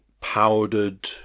powdered